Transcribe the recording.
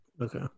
Okay